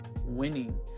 winning